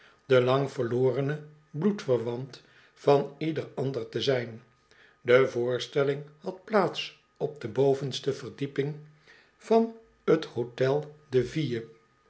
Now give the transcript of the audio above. de lang verlorenc bloedverwant van ieder ander te zijn de voorstelling had plaats op de bovenste verdieping van t hotel de ville